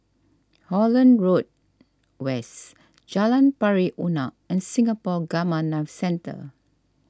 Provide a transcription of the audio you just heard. Holland Road West Jalan Pari Unak and Singapore Gamma Knife Centre